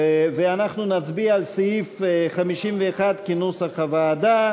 ואנחנו נצביע על סעיף 51 כנוסח הוועדה,